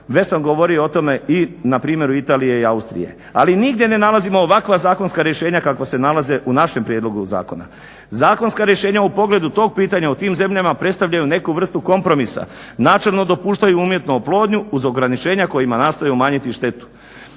Već sam govorio o tome i na primjeru Italije i Austrije, ali nigdje ne nalazimo ovakva zakonska rješenja kakva se nalaze u našem prijedlogu zakona. Zakonska rješenja u pogledu tog pitanja u tim zemljama predstavljaju neku vrstu kompromisa, načelno dopuštaju umjetnu oplodnju uz ograničenja kojima nastoje umanjiti štetu.